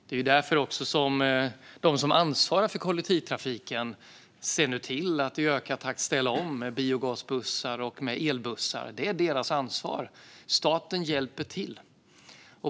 Det är därför de som ansvarar för kollektivtrafiken nu ser till att i ökad takt ställa om med biogasbussar och elbussar. Det är deras ansvar. Staten hjälper till.